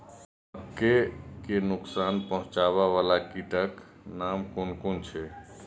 मके के नुकसान पहुँचावे वाला कीटक नाम कुन कुन छै?